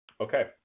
Okay